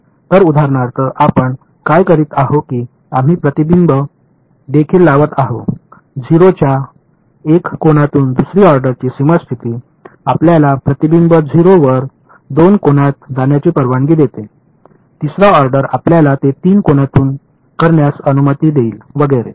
तर उदाहरणार्थ आपण काय करीत आहोत की आम्ही प्रतिबिंब देखील लावत आहोत 0 च्या 1 कोनातून दुसरी ऑर्डरची सीमा स्थिती आपल्याला प्रतिबिंब 0 वर 2 कोनात जाण्याची परवानगी देते 3 रा ऑर्डर आपल्याला ते 3 कोनातून करण्यास अनुमती देईल वगैरे